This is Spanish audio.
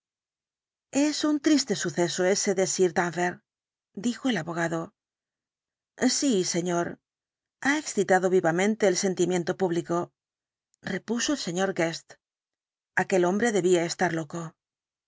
es un triste suceso ese de sir danvers dijo el abogado sí señor ha excitado vivamente el sentimiento público repuso el sr guest aquel hombre debía estar loco